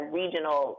regional